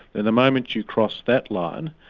then the moment you cross that line,